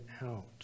out